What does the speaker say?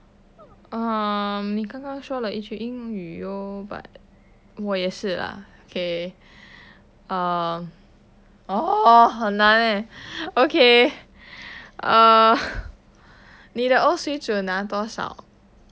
um 你刚刚说了一句英语哦 but 我也是 lah okay um ugh 很难 leh okay ah 你的 O 水准拿多少